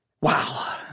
Wow